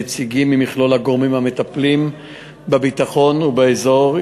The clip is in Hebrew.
נציגים ממכלול הגורמים המטפלים בביטחון באזור,